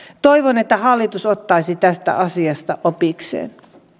toivon että hallitus ottaisi tästä asiasta opikseen